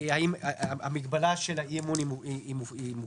האם המגבלה של האי-אמון מוגזמת,